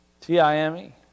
T-I-M-E